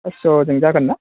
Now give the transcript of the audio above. पास्स'जों जागोन ना